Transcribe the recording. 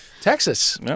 Texas